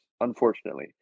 unfortunately